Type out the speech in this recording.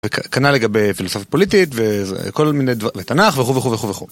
כנ"ל לגבי פילוסופיה פוליטית וכל מיני דברים, לתנח וכו' וכו' וכו'.